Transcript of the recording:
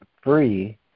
free